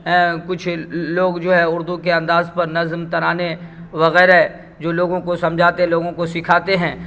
کچھ لوگ جو ہے اردو کے انداز پر نظم ترانے وغیرہ جو لوگوں کو سمجھاتے لوگوں کو سکھاتے ہیں